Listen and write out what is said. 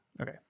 Okay